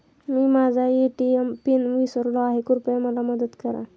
मी माझा ATM pin विसरलो आहे, कृपया मदत करा